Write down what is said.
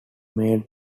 made